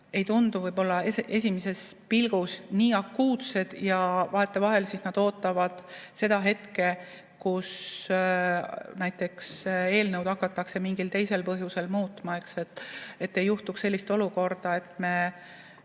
ei tundu võib-olla esimesel pilgul nii akuutsed. Vahetevahel nad ootavad seda hetke, kui näiteks eelnõu hakatakse mingil teisel põhjusel muutma, et ei tekiks sellist olukorda, kus me